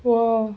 !whoa!